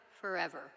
forever